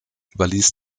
überließ